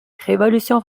révolution